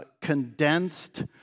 condensed